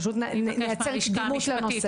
פשוט נייצר קדימות לנושא.